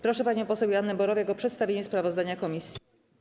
Proszę panią poseł Joannę Borowiak o przedstawienie sprawozdania komisji.